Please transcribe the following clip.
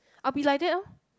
I'll be like that orh